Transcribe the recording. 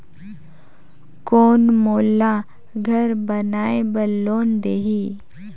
कौन मोला घर बनाय बार लोन देही?